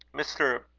mr.